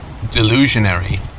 delusionary